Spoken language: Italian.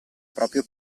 proprio